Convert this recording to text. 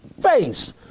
face